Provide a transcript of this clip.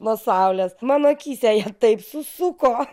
nuo saulės mano akyse ją taip susuko